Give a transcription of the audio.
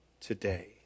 today